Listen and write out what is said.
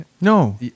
No